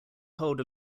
hold